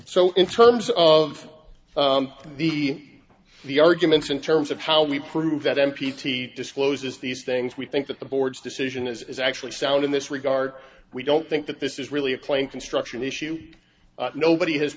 so in terms of the the arguments in terms of how we prove that n p t discloses these things we think that the board's decision is actually sound in this regard we don't think that this is really a plane construction issue nobody has